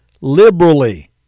liberally